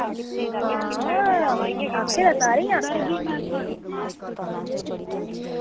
आं आक्खे दा सारें गी आक्खे दा